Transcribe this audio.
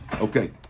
okay